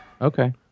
Okay